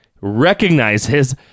recognizes